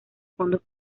fondos